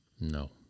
No